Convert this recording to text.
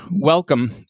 welcome